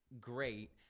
great